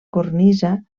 cornisa